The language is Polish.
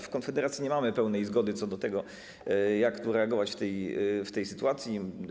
W Konfederacji nie mamy pełnej zgody co do tego, jak reagować w tej sytuacji.